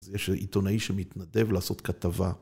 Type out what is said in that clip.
זה שעיתונאי שמתנדב לעשות כתבה.